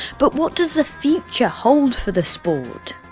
but what does the future hold for the sport?